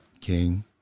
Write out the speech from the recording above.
King